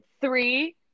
Three